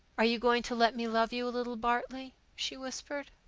are you going to let me love you a little, bartley? she whispered.